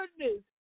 goodness